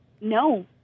No